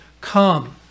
Come